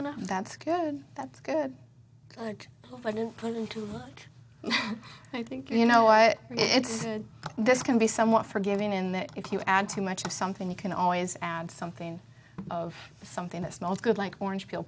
enough that's good that's good good i didn't put into it i think you know what it's like this can be somewhat forgiving in that if you add too much of something you can always add something of something that smells good like orange peel